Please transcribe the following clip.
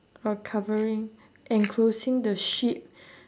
uh covering enclosing the sheep